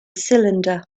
cylinder